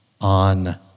on